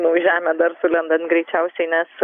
nu į žemę dar sulendant greičiausiai nes